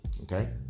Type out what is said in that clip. Okay